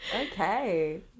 Okay